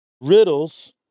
riddles